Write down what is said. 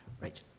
Right